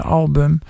album